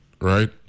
right